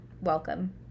Welcome